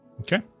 okay